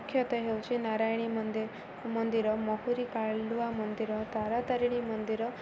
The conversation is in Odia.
ମୁଖ୍ୟତଃ ହେଉଛିି ନାରାୟଣୀ ମନ୍ଦିର ମନ୍ଦିର ମହୁୁରୀ କାଲୁଆ ମନ୍ଦିର ତାରା ତାରିଣୀ ମନ୍ଦିର